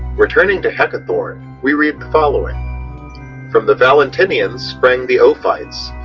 returning to heckethorn, we read the following from the valentinians sprang the ophites,